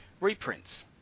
reprints